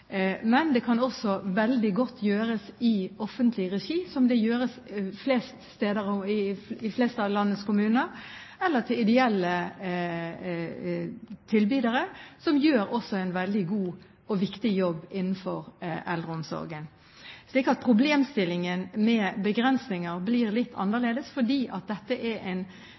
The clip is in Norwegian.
men det kan også veldig godt gjøres i offentlig regi, som det gjøres i de fleste av landets kommuner, eller til ideelle tilbydere, som også gjør en veldig god og viktig jobb innenfor eldreomsorgen. Så problemstillingen med begrensninger blir litt annerledes fordi dette er en